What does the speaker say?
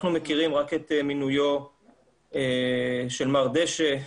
אנחנו מכירים רק את מינויו של מר דשא,